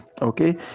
okay